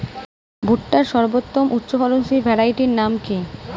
ভুট্টার সর্বোত্তম উচ্চফলনশীল ভ্যারাইটির নাম কি?